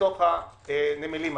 לנמלים האלה.